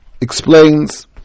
explains